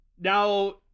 Now